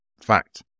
Fact